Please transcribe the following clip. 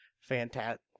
fantastic